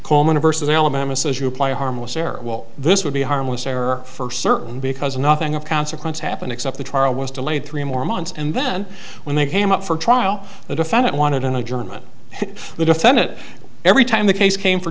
coleman versus alabama says you apply a harmless error well this would be harmless error for certain because nothing of consequence happened except the trial was delayed three more months and then when they came up for trial the defendant wanted an adjournment the defendant every time the case came for